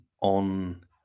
on